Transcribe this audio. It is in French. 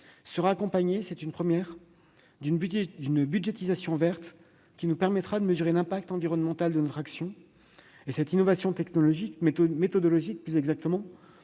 sera accompagné- c'est une première -d'une budgétisation verte, qui nous permettra de mesurer l'impact environnemental de notre action. Cette innovation méthodologique offrira une